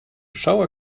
shower